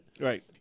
Right